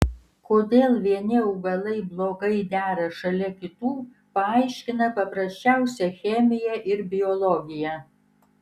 kodėl vieni augalai blogai dera šalia kitų paaiškina paprasčiausia chemija ir biologija